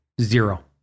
Zero